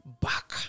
back